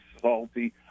salty